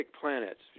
planets